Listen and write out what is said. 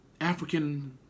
African